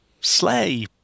sleigh